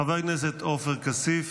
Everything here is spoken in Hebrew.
חבר הכנסת עופר כסיף.